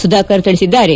ಸುಧಾಕರ್ ತಿಳಿಸಿದ್ದಾರೆ